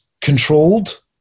controlled